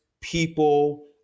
people